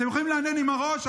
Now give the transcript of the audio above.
אתם יכולים להנהן עם הראש.